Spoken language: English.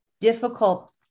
difficult